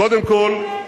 קודם כול,